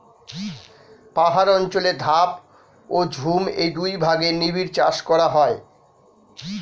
পাহাড় অঞ্চলে ধাপ ও ঝুম এই দুই ভাগে নিবিড় চাষ করা হয়